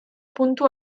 puntu